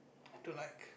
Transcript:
to like